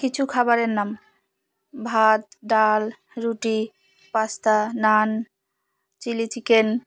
কিছু খাবারের নাম ভাত ডাল রুটি পাস্তা নান চিলি চিকেন